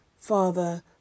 Father